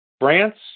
France